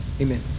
Amen